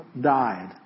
died